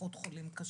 פחות חולים קשים.